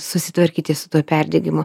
susitvarkyti su tuo perdegimu